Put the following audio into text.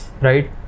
right